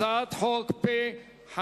הצעת חוק פ/527,